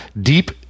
Deep